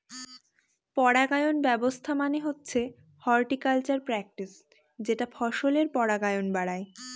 পরাগায়ন ব্যবস্থা মানে হচ্ছে হর্টিকালচারাল প্র্যাকটিসের যেটা ফসলের পরাগায়ন বাড়ায়